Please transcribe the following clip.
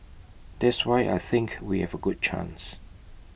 that's why I think we have A good chance